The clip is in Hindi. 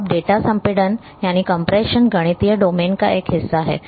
अब डेटा संपीड़न गणितीय डोमेन का एक हिस्सा है